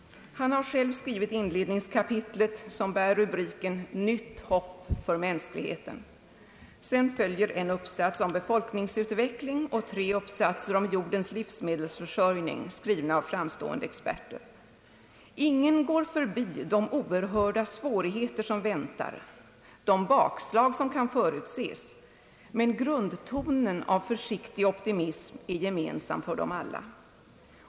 Han har själv skrivit inledningskapitlet, som bär rubriken »Nytt hopp för mänskligheten». Sedan följer en uppsats om befolkningsutveckling och tre uppsatser om jordens livsmedelsförsörjning, skrivna av olika framstående experter. Ingen går förbi de oerhörda svårigheter som väntar, de bakslag som kan förutses, men grundtonen av försiktig optimism är gemensam för dem alla.